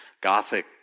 gothic